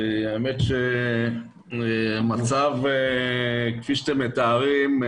המצב כפי שאתם מתארים,